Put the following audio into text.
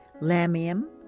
lamium